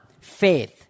faith